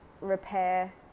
repair